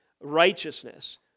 righteousness